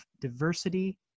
Diversity